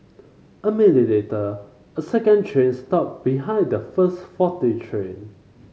a minute later a second train stopped behind the first faulty train